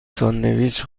ساندویچ